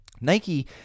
Nike